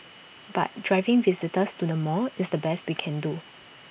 but driving visitors to the mall is the best we can do